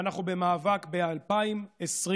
ואנחנו במאבק ב-2021.